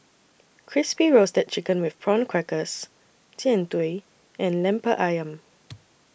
Crispy Roasted Chicken with Prawn Crackers Jian Dui and Lemper Ayam